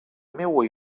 meua